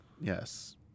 Yes